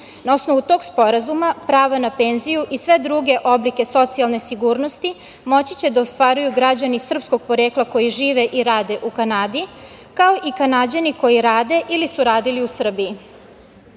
Na osnovu tog sporazuma, pravo na penziju i sve druge oblike socijalne sigurnosti moći će da ostvaruju građani srpskog porekla koji žive i rade u Kanadi, kao i Kanađani koji rade ili su radili u Srbiji.S